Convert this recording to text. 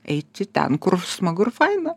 eiti ten kur smagu ir faina